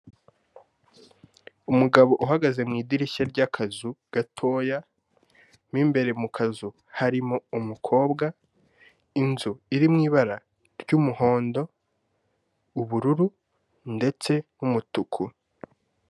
Umugabo uhagaze mu idirishya ry'akazu gatoya, mu imbere mu kazu harimo umukobwa. Inzu iri mu ibara ry'umuhondo, ubururu ndetse n'umutuku.